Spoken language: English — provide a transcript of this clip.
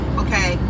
okay